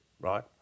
Right